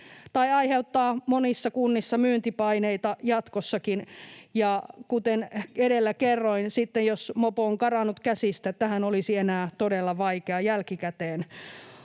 tämä aiheuttaa monissa kunnissa myyntipaineita jatkossakin. Ja kuten edellä kerroin, sitten jos mopo on karannut käsistä, tähän olisi enää todella vaikea jälkikäteen